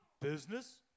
Business